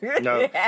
No